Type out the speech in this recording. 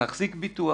מחזיקים ביטוח,